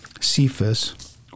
Cephas